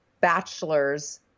bachelors